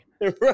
Right